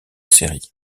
série